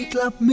Club